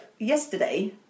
Yesterday